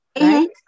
right